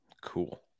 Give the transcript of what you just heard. Cool